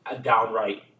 downright